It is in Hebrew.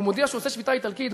ומודיע שעושה שביתה איטלקית,